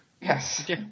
Yes